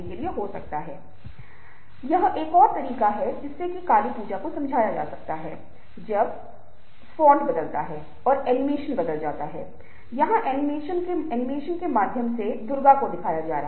क्योंकि ये वर्तमान में बहुत सामयिक अनुसंधान का क्षेत्र हैं और हम इस पाठ्यक्रम के साथ आगे बढ़ने के साथ साथ शायद थोड़ा सा अनुसंधान भी कर पाएंगे